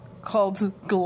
called